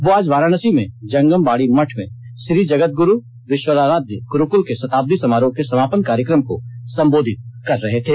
वे आज वाराणसी में जंगम बाड़ी मठ में श्री जगदग्रू विश्वाराध्य ग्रूकूल के शताब्दी समारोह के समापन कार्यक्रम को संबोधित कर रहे थे